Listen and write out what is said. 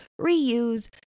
reuse